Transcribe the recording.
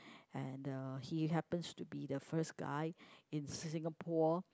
and uh he happens to be the first guy in Singapore